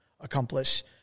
accomplish